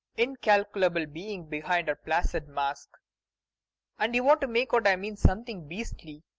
incalculable being behind her placid mask and you want to make out i mean something beastly.